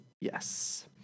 yes